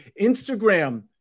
Instagram